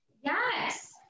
Yes